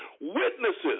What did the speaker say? witnesses